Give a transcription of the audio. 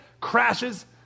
crashes